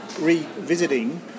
revisiting